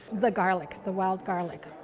the garlic, the wild garlic.